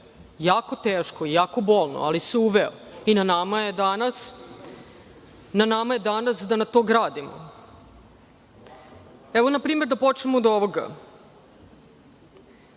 jako teško i jako bolno, ali se uveo i na nama je danas da na to gradimo. Na primer da počnem od ovoga